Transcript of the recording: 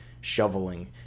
shoveling